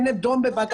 זה נדון בוועדת השיפוט.